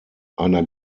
einer